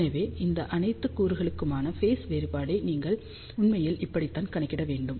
எனவே இந்த அனைத்து கூறுகளுக்குமான ஃபேஸ் வேறுபாட்டை நீங்கள் உண்மையில் இப்படி தான் கணக்கிட வேண்டும்